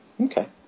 Okay